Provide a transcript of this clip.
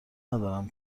ندارم